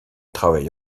travaille